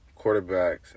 quarterbacks